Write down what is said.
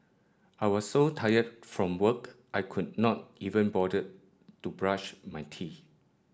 I was so tired from work I could not even bother to brush my teeth